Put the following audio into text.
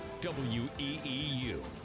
WEEU